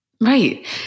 Right